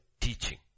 teaching